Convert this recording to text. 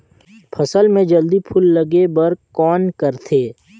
फसल मे जल्दी फूल लगे बर कौन करथे?